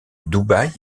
dubaï